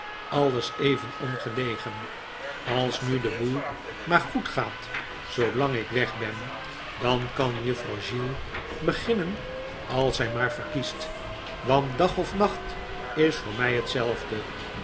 alles even ongelegen als nu de boel maar goed gaat zoolang ik weg ben dan kan juffrouw gill beginnen als zij maar verkiest want dag of nacht is voor mij hetzelfde